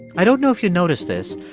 i don't know if you noticed this,